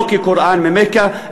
לא כקוראן ממכה,